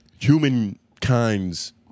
humankind's